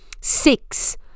six